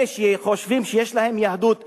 אלה שחושבים שיש להם "יהדות פלוס",